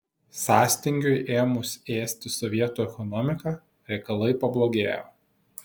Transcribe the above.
sąstingiui ėmus ėsti sovietų ekonomiką reikalai pablogėjo